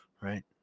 right